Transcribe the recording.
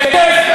בכיף.